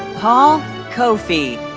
paul koffi.